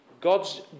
God's